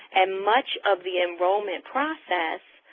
and much of the enrollment process